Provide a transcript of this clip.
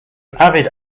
avid